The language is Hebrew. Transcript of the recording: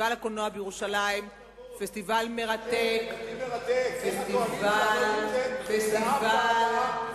אותי מרתק איך הקואליציה לא נמצאת בשום ועדה...